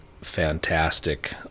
fantastic